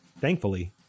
Thankfully